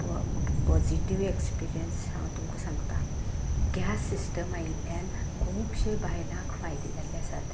positive experience हांव तुमकां सांगतां गॅस सिस्टम आयिल्ल्यान खुबशें बायलांक फायदो जाल्लें आसात